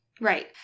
Right